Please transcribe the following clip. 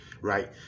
right